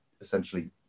essentially